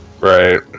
Right